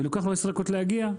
ולוקח לו עשר דקות להגיע.